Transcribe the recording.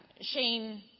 Shane